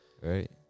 right